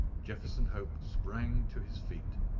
jefferson hope sprang to his feet,